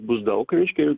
bus daug reiškia